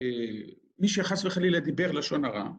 ‫מי שחס וחלילה דיבר לשון הרע...